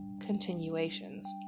continuations